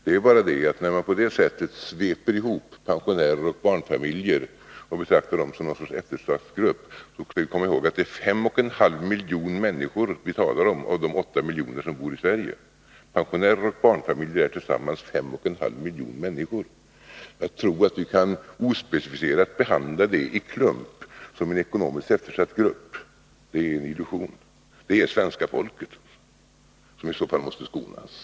Det är bara det, att när man på det sättet ”sveper ihop” pensionärer och barnfamiljer och betraktar dem som någon sorts eftersatt grupp, skall vi komma ihåg att vi talar om 5,5 miljoner människor av de 8 miljoner som bor i Sverige. Pensionärer och barnfamiljer utgör tillsammans 5,5 miljoner människor. Att tro att vi kan ospecificerat behandla dem i klump som en ekonomiskt eftersatt grupp är en illusion. Det är i så fall hela svenska folket som måste skonas.